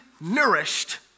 nourished